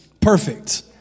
perfect